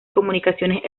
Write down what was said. comunicaciones